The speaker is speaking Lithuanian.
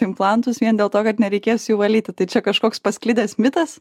implantus vien dėl to kad nereikės jų valyti tai čia kažkoks pasklidęs mitas